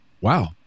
wow